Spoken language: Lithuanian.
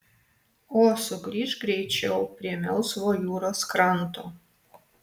o sugrįžk greičiau prie melsvo jūros kranto